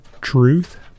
Truth